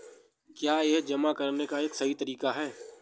क्या यह जमा करने का एक तरीका है?